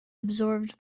absorbed